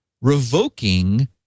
revoking